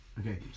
Okay